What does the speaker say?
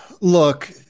look